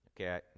Okay